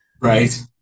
Right